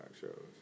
shows